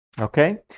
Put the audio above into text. Okay